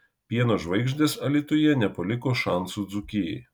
pieno žvaigždės alytuje nepaliko šansų dzūkijai